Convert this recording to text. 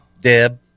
Deb